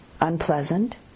Unpleasant